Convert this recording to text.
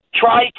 try